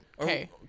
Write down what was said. Okay